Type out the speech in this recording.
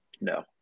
No